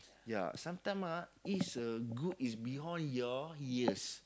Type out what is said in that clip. ya sometime ah is a good is behind your ears